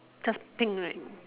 just pink right